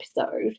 episode